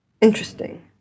interesting